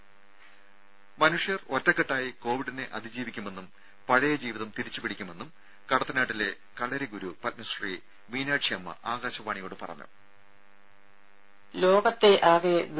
രംഭ മനുഷ്യർ ഒറ്റക്കെട്ടായി കൊവിഡിനെ അതിജീവിക്കുമെന്നും പഴയ ജീവിതം തിരിച്ചുപിടിക്കുമെന്നും കടത്തനാട്ടിലെ കളരിഗുരു പത്മശ്രീ മീനാക്ഷി അമ്മ ആകാശവാണിയോട് പറഞ്ഞു